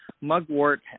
mugwort